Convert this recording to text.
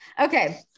Okay